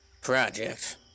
project